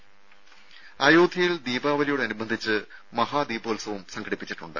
ടെടി അയോധ്യയിൽ ദീപാവലിയോടനുബന്ധിച്ച് മഹാദീപോത്സവം സംഘടിപ്പിച്ചിട്ടുണ്ട്